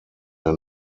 der